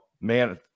man